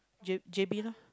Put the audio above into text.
J J_B loh